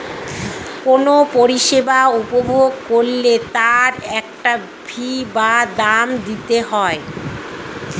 কোনো পরিষেবা উপভোগ করলে তার একটা ফী বা দাম দিতে হয়